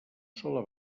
sola